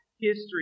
history